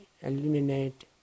eliminate